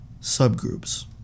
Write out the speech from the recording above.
subgroups